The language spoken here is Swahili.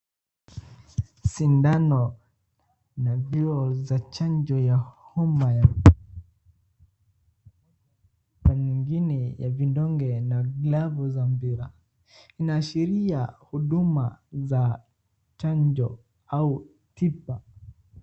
Sindano na vioo vya chanjo ya homa ya na nyingine ya vidonge na glavu za mpira. Inaashiria huduma za chanjo au tiba.